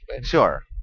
Sure